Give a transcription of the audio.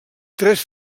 tres